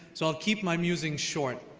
so i'll keep my musing short.